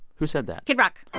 who said that? kid rock